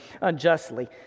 unjustly